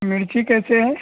मिर्ची कैसे है